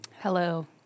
Hello